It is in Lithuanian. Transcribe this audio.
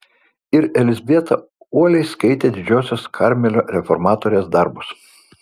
ir elzbieta uoliai skaitė didžiosios karmelio reformatorės darbus